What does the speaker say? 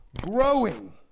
Growing